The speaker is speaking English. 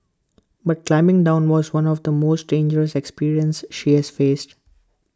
but climbing down was one of the most dangerous experience she has faced